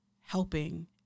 helping